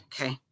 Okay